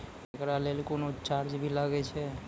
एकरा लेल कुनो चार्ज भी लागैये?